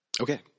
okay